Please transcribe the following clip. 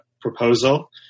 proposal